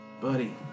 Buddy